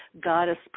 goddess